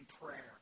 prayer